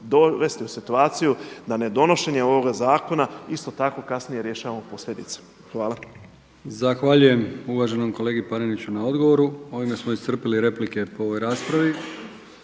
dovesti u situaciju da nedonošenje ovoga zakona isto tako kasnije rješavamo posljedicama. Hvala. **Brkić, Milijan (HDZ)** Zahvaljujem uvaženom kolegi Paneniću na odgovoru. Ovime smo iscrpili replike po ovoj raspravi.